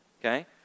Okay